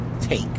take